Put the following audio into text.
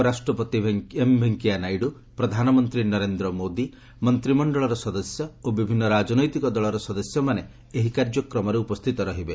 ଉପରାଷ୍ଟ୍ରପତି ଭେଙ୍କିୟା ନାଇଡୁ ପ୍ରଧାନମନ୍ତୀ ନରେନ୍ଦ୍ର ମୋଦି ମନ୍ତ୍ରୀମଣ୍ଡଳର ସଦସ୍ୟ ଓ ବିଭିନ୍ନ ରାଜନୈତିକ ଦଳର ସଦସ୍ୟମାନେ ଏହି କାର୍ଯ୍ୟକ୍ରମରେ ଉପସ୍ଥିତ ରହିବେ